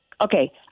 Okay